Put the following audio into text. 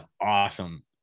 awesome